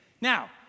Now